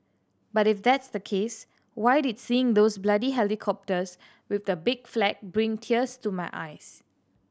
but if that's the case why did seeing those bloody helicopters with that big flag bring tears to my eyes